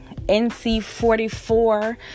NC44